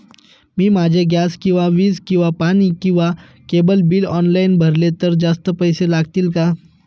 मी माझे गॅस किंवा वीज किंवा पाणी किंवा केबल बिल ऑनलाईन भरले तर जास्त पैसे लागतील का?